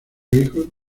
hijos